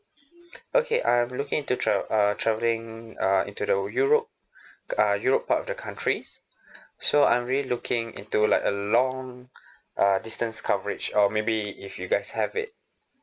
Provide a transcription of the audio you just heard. okay I'm looking to travel uh travelling uh into the europe uh europe part of the countries so I'm really looking into like a long uh distance coverage or maybe if you guys have it